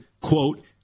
quote